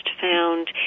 found